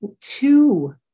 two